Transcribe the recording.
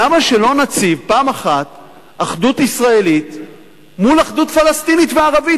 למה שלא נציג פעם אחת אחדות ישראלית מול אחדות פלסטינית וערבית?